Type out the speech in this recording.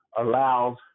allows